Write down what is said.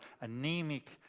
anemic